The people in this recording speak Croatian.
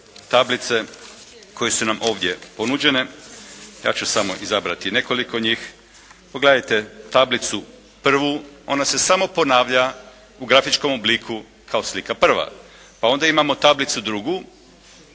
tablice koje su nam ovdje ponuđene. Ja ću samo izabrati nekoliko njih. Pogledajte tablicu 1. Ona se samo ponavlja u grafičkom obliku kao slika 1. Pa onda imamo tablicu 2.